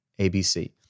ABC